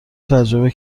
تجربه